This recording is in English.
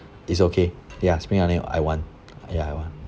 it's okay ya spring onion I want ya I want